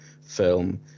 film